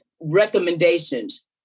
recommendations